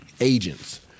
agents